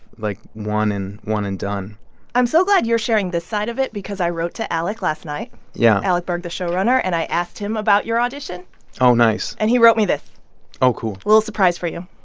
like, one and one and done i'm so glad you're sharing this side of it because i wrote to alec last night yeah alec berg, the showrunner. and i asked him about your audition oh, nice and he wrote me this oh, cool little surprise for you.